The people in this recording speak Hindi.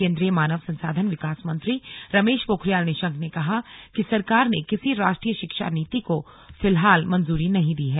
केंद्रीय मानव संसाधन विकास मंत्री रमेश पोखरियाल निशंक ने कहा कि सरकार ने किसी राष्ट्रीय शिक्षा नीति को फिलहाल मंजूरी नहीं दी है